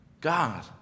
God